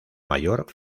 mayor